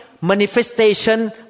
manifestation